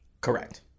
Correct